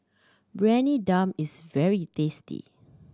Briyani Dum is very tasty